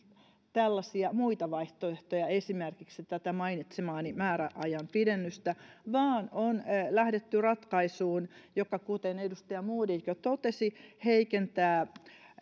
tällaisia muita vaihtoehtoja esimerkiksi tätä mainitsemaani määräajan pidennystä vaan on lähdetty ratkaisuun joka kuten edustaja modig jo totesi heikentää